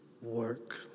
work